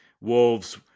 Wolves